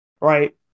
Right